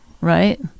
right